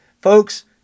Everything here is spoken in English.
folks